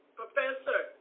professor